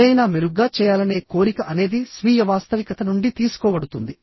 ఏదైనా మెరుగ్గా చేయాలనే కోరిక అనేది స్వీయ వాస్తవికత నుండి తీసుకోబడుతుంది